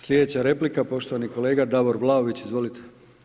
Sljedeća replika, poštovani kolega Davor Vlaović, izvolite.